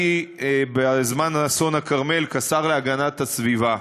בזמן אסון הכרמל כיהנתי כשר להגנת הסביבה.